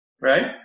Right